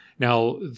Now